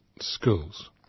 schools